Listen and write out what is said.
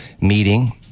meeting